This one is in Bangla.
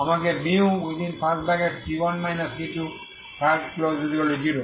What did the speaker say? আমাকে c1 c20